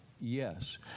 Yes